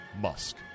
Musk